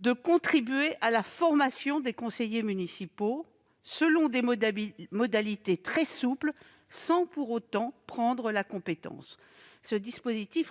de contribuer à la formation des conseillers municipaux selon des modalités très souples, sans pour autant prendre la compétence. Cela